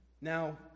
Now